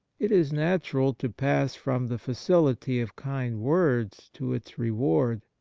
it is. natural to pass from the facility of kind words to its reward.